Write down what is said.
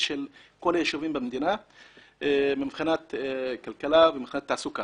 כל היישובים במדינה מבחינת כלכלה ומבחינת תעסוקה.